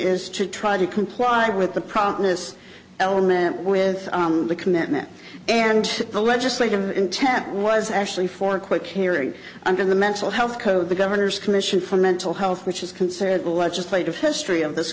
is to try to comply with the promise element with the commitment and the legislative intent was actually for a quick hearing under the mental health code the governor's commission for mental health which is considered the legislative history of this